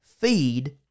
feed